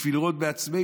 בשביל לירות בעצמנו.